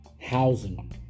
housing